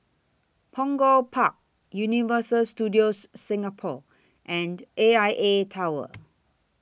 Punggol Park Universal Studios Singapore and A I A Tower